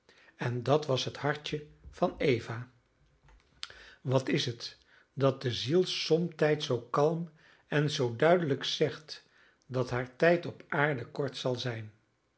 en dat was het hartje van eva wat is het dat de ziel somtijds zoo kalm en zoo duidelijk zegt dat haar tijd op aarde kort zal zijn